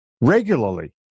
regularly